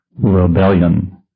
rebellion